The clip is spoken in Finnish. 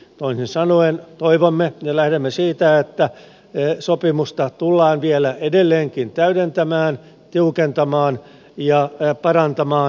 toisin sanoen toivomme ja lähdemme siitä että sopimusta tullaan vielä edelleenkin täydentämään tiukentamaan ja parantamaan